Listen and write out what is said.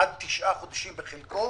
עד תשעה חודשים בחלקו,